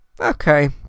Okay